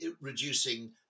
reducing